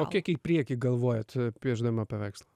o kiek į priekį galvojat piešdama paveikslą